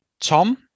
Tom